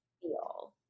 feel